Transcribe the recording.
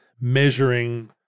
measuring